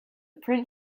print